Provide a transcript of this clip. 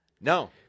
No